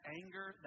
anger